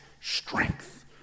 strength